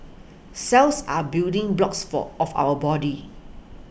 cells are building blocks for of our body